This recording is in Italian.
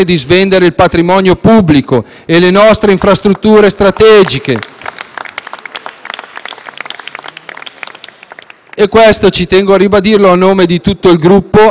e M5S).* Ci tengo a ribadirlo a nome di tutto il Gruppo, affinché sia chiaro. L'Italia non svenderà mai nessun *asset* strategico.